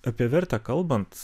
apie vertę kalbant